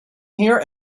here